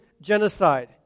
genocide